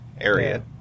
area